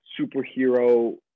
superhero